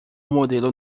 modelo